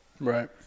Right